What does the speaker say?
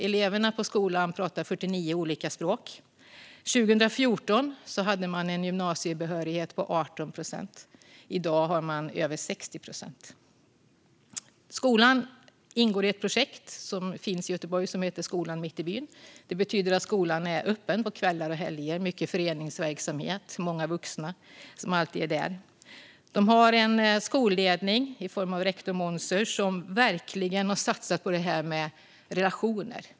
Eleverna på skolan pratar 49 olika språk. År 2014 hade man en gymnasiebehörighet på 18 procent. I dag är den över 60 procent. Skolan ingår i ett projekt som finns i Göteborg och som heter Skolan mitt i byn. Det betyder att skolan är öppen på kvällar och helger, och man har mycket föreningsverksamhet. Det är många vuxna som alltid är där. Man har en skolledning med rektor Monzer El-Sabini som verkligen har satsat på relationer.